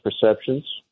perceptions